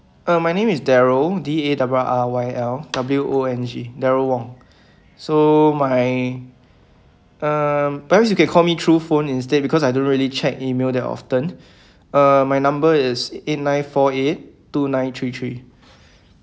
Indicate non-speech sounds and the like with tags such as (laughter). uh my name is darryl D A double R Y L W O N G darryl wong (breath) so my um perhaps you can call me through phone instead because I don't really check email that often (breath) uh my number is eight nine four eight two nine three three